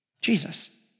Jesus